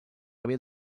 haver